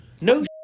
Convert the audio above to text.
No